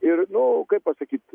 ir nu kaip pasakyt